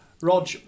Rog